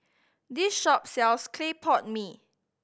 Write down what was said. this shop sells clay pot mee